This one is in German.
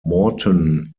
morton